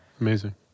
Amazing